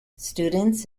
students